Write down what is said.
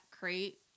Crate